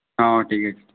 হ্যাঁ ও ঠিক আছে